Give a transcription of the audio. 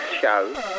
show